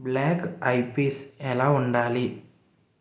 black eye peas ఎలా ఉండాలి